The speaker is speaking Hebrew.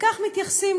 וכך מתייחסים,